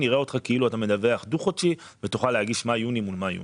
נראה אותך כאילו אתה מדווח דו-חודשי ותוכל להגיש מאי-יוני מול מאי-יוני.